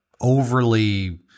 overly